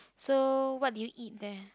so what did you eat there